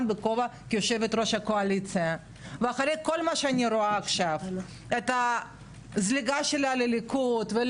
אני שוב אחזור וזה מה שאני אמרתי: ברגע שלא "הורגים"